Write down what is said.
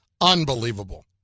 Unbelievable